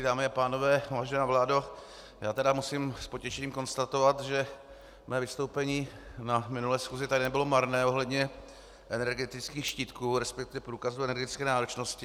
Dámy a pánové, vážená vládo, já tedy musím s potěšením konstatovat, že mé vystoupení na minulé schůzi tady nebylo marné ohledně energetických štítků, resp. průkazů energetické náročnosti.